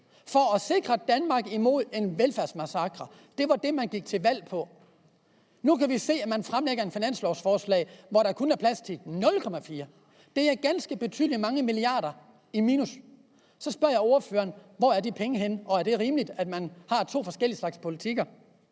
for at sikre Danmark imod en velfærdsmassakre. Det var det, man gik til valg på. Nu kan vi se, at man fremlægger et finanslovsforslag, hvor der kun er plads til en stigning på 0,4 pct. Det er et minus på ganske mange milliarder. Og så spørger jeg ordføreren: Hvor er de penge henne, og er det rimeligt, at man har to forskellige slags politikker?